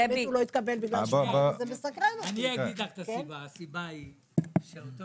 אני אגיד לך את הסיבה: הסיבה היא שאותו